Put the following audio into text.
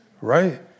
right